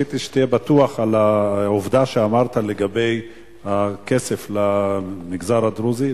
רציתי שתהיה בטוח בעובדה שאמרת לגבי הכסף למגזר הדרוזי.